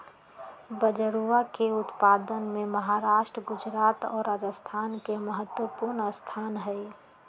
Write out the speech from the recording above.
बजरवा के उत्पादन में महाराष्ट्र गुजरात और राजस्थान के महत्वपूर्ण स्थान हई